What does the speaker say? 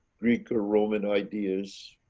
greek or roman ideas.